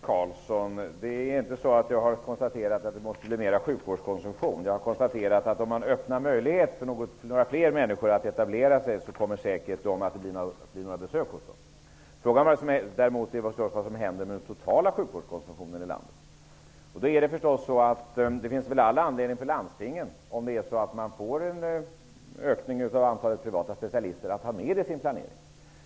Herr talman! Nej, Hans Karlsson, jag har inte konstaterat att det behövs mer sjukvårdskonsumtion. Jag har konstaterat att om det öppnas en möjlighet för fler människor att etablera sig är det inte säkert att de får patienter. Frågan är vad som händer med den totala sjukvårdskonsumtionen i landstinget. Det finns all anledning för landstingen att om det blir en ökning av antalet privata specialister ta med det i planeringen.